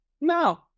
No